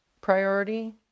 priority